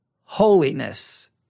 holiness